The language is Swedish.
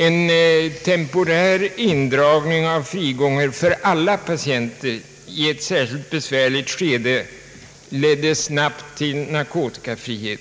En temporär indragning av frigången för alla patienter i ett särskilt besvärligt skede ledde snabbt till narkotikafrihet.